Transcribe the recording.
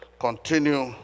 continue